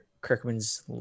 Kirkman's